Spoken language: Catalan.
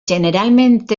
generalment